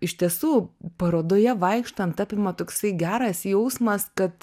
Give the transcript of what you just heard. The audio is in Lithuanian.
iš tiesų parodoje vaikštant apima toksai geras jausmas kad